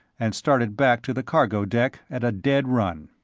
and started back to the cargo deck at a dead run.